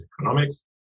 economics